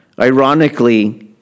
Ironically